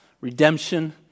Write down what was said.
redemption